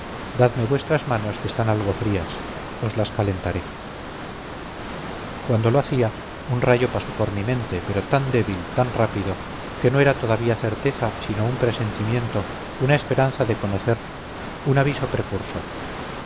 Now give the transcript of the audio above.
dadme vuestras manos que están algo frías os las calentaré cuando lo hacía un rayo pasó por mi mente pero tan débil tan rápido que no era todavía certeza sino un presentimiento una esperanza de conocer un aviso precursor